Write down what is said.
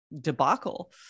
debacle